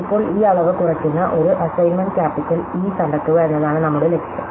ഇപ്പോൾ ഈ അളവ് കുറയ്ക്കുന്ന ഒരു അസൈൻമെന്റ് ക്യാപിറ്റൽ ഇ കണ്ടെത്തുക എന്നതാണ് നമ്മുടെ ലക്ഷ്യം